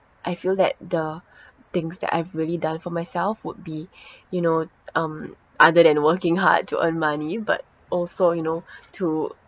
I feel that the things that I've really done for myself would be you know um other than working hard to earn money but also you know to